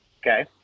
okay